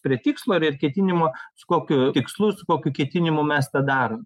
prie tikslo ir ir ketinimo su kokiu tikslu su kokiu ketinimu mes tą darom